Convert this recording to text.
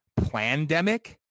Plandemic